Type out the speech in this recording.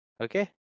okay